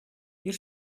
мир